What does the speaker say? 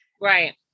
Right